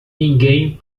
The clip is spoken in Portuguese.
ninguém